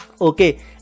Okay